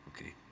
Okay